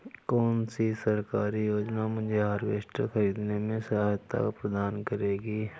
कौन सी सरकारी योजना मुझे हार्वेस्टर ख़रीदने में सहायता प्रदान करेगी?